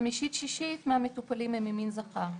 חמישית עד שישית מהמטופלים הם ממין זכר.